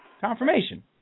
Confirmation